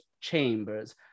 chambers